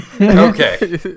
Okay